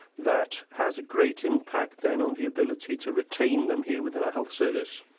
that has a great impact, then, on the ability to retain them here within our health service?